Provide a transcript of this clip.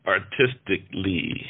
Artistically